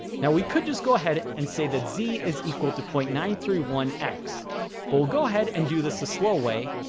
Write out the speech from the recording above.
now we could just go ahead and say that z is equal to zero point nine three one x. but we'll go ahead and do this the slow way.